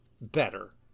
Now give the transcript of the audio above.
better